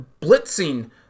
blitzing